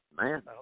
man